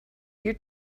your